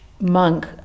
monk